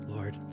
Lord